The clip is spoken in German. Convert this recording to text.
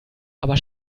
aber